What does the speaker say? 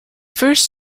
first